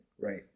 right